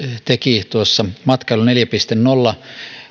teki matkailu neljä piste nolla